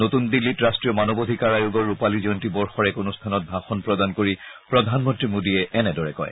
নতুন দিল্লীত ৰাষ্ট্ৰীয় মানৱ অধিকাৰ আয়োগৰ ৰূপালী জয়ন্তী বৰ্ষৰ এক অনুষ্ঠানত ভাষণ প্ৰদান কৰি প্ৰধানমন্ত্ৰী মোডীয়ে এনেদৰে কয়